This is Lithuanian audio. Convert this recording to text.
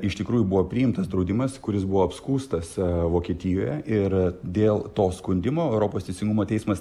iš tikrųjų buvo priimtas draudimas kuris buvo apskųstas vokietijoje ir dėl to skundimo europos teisingumo teismas